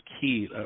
key